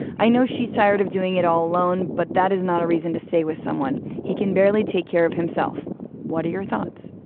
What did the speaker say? i know she's tired of doing it all alone, but that is not a reason to stay with someone he can barely take care of himself what are your thoughts?